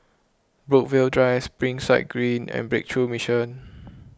Brookvale Drive Springside Green and Breakthrough Mission